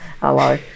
hello